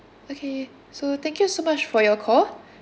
okay so thank you so much for your call